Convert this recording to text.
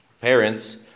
parents